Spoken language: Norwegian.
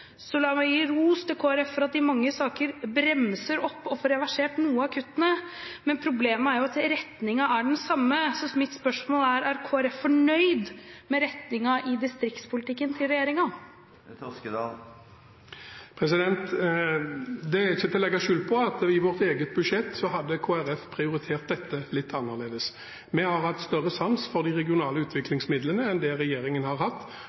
Så mitt spørsmål er: Er Kristelig Folkeparti fornøyd med retningen i regjeringens distriktspolitikk? Det er ikke til å legge skjul på at i vårt eget budsjett hadde vi prioritert litt annerledes. Vi har hatt større sans for de regionale utviklingsmidlene enn det regjeringen har hatt,